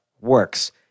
works